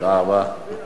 תודה רבה.